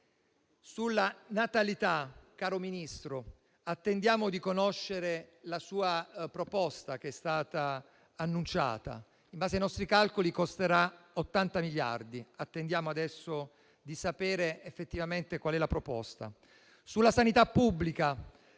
Sulla natalità, caro Ministro, attendiamo di conoscere la proposta che ha annunciato. In base ai nostri calcoli, costerà 80 miliardi, ma attendiamo adesso di sapere effettivamente qual è la proposta. Sulla sanità pubblica